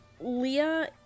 Leah